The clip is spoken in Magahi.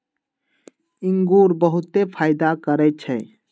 इंगूर बहुते फायदा करै छइ